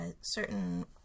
certain